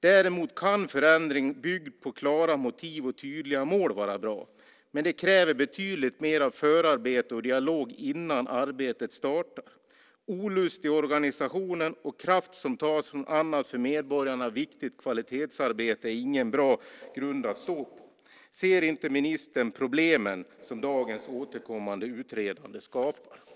Däremot kan en förändring byggd på klara motiv och tydliga mål vara bra, men det kräver betydligt mer av förarbete och dialog innan arbetet startar. Olust i organisationen och kraft som tas från annat för medborgarna viktigt kvalitetsarbete är ingen bra grund att stå på. Ser inte ministern problemen som dagens återkommande utredande skapar?